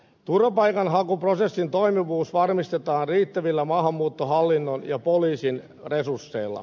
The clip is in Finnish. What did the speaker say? turvapaikanhakuprosessin toimivuus varmistetaan riittävillä maahanmuuttohallinnon ja poliisin resursseilla